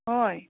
ꯍꯣꯏ